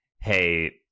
hey